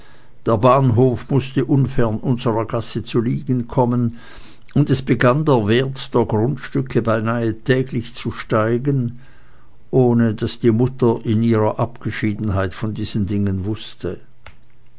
der bahnhof mußte unfern unserer gasse zu liegen kommen und es begann der wert der grundstücke beinahe täglich zu steigen ohne daß die mutter in ihrer abgeschiedenheit von diesen dingen wußte